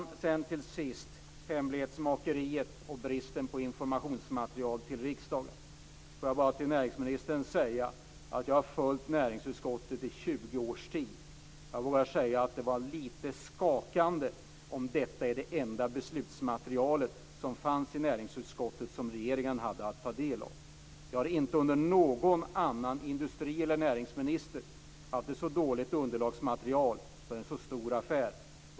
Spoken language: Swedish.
Till sist vill jag säga något om hemlighetsmakeriet och bristen på informationsmaterial till riksdagen. Jag vill bara säga till näringsministern att jag har följt näringsutskottet i 20 års tid. Jag vågar påstå att det är liten skakande om det beslutsmaterial som fanns i näringsutskottet är det enda som regeringen hade att ta del av. Jag har inte under någon annan industri eller näringsminister haft ett så dåligt underlagsmaterial för en så stor affär.